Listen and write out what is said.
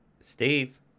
Steve